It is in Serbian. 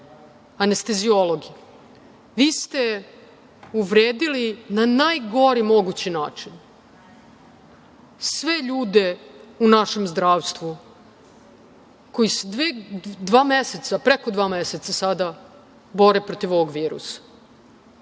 anesteziologe. Vi ste uvredili na najgori mogući način sve ljude u našem zdravstvu koji se preko dva meseca sada bore protiv ovog virusa.